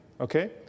Okay